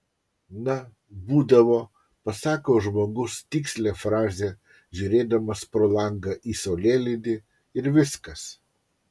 na būdavo pasako žmogus tikslią frazę žiūrėdamas pro langą į saulėlydį ir viskas